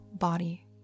body